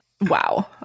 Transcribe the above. wow